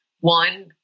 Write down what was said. One